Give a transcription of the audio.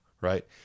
right